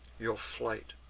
your flight,